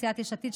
סיעת יש עתיד,